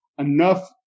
enough